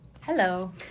Hello